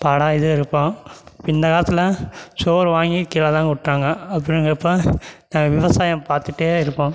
பாடாக இது இருப்போம் இந்தக் காலத்தில் சோறு வாங்கி கீழே தான் கொட்டுறாங்க அப்படிங்கிறப்ப நாங்கள் விவசாயம் பார்த்துட்டே இருப்போம்